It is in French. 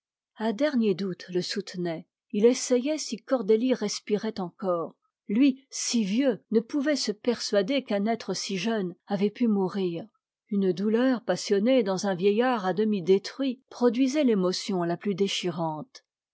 un dernier doute le soutenait il essayait si cordélie respirait encore lui si vieux ne pouvait se persuader qu'un être si jeune avait pu mourir une douleur passionnée dans un vieillard à demi détruit produisait t'émotion la plus déchirante